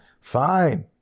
Fine